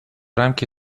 рамки